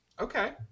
Okay